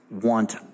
want